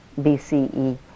BCE